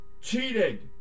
cheated